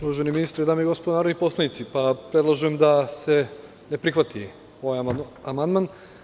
Uvaženi ministre, dame i gospodo narodni poslanici, predlažem da se ne prihvati ovaj amandman.